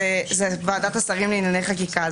זאת ועדת השרים לענייני חקיקה.